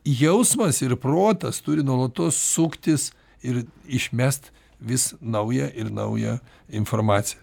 jausmas ir protas turi nuolatos suktis ir išmest vis naują ir naują informaciją